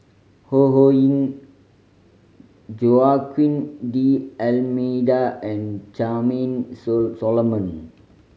Ho Ho Ying Joaquim D'Almeida and Charmaine Solomon